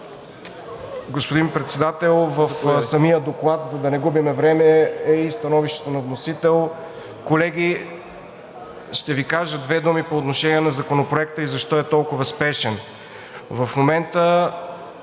Господин Председател, в самия доклад, за да не губим време, е и становището на вносител. Колеги, ще Ви кажа две думи по отношение на Законопроекта и защо е толкова спешен. В момента